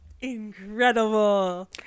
incredible